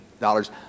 dollars